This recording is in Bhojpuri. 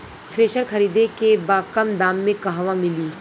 थ्रेसर खरीदे के बा कम दाम में कहवा मिली?